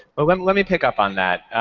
but let let me pick up on that.